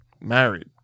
married